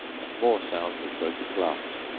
and more sounds of broken glass.